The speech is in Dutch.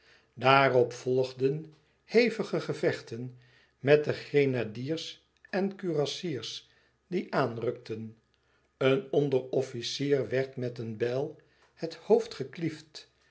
daarop volgden hevige gevechten met de grenadiers en kurassiers die aanrukten een onderofficier werd met een bijl het hoofd